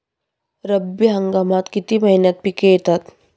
रब्बी हंगामात किती महिन्यांत पिके येतात?